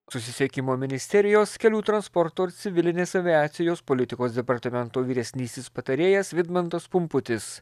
susisiekimo ministerijos kelių transporto ir civilinės aviacijos politikos departamento vyresnysis patarėjas vidmantas pumputis